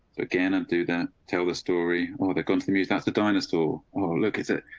again, and do that, tell the story or the countries that the dinosaur, or look at it.